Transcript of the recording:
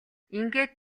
ингээд